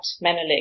Menelik